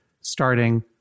starting